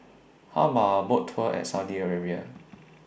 How about A Boat Tour At Saudi Arabia